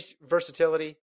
versatility